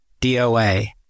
DOA